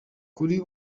kuri